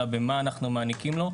אלא במה אנחנו מעניקים לו,